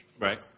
Right